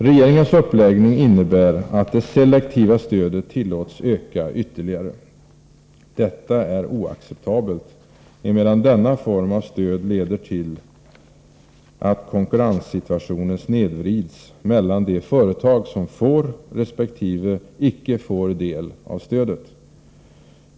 Regeringens uppläggning innebär att det selektiva stödet tillåts öka ytterligare. Detta är oacceptabelt, emedan denna form av stöd leder till att konkurrenssituationen snedvrids mellan de företag som får resp. icke får del av stödet.